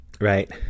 right